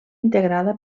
integrada